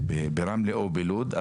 ברמלה או בלוד?